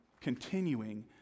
continuing